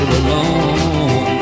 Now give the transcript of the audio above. alone